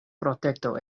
protekto